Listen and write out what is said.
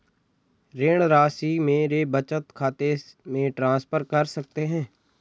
ऋण राशि मेरे बचत खाते में ट्रांसफर कर सकते हैं?